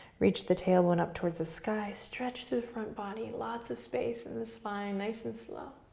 reach the tailbone up towards the sky, stretch the the front body, lots of space in the spine, nice and slow.